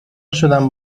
شدم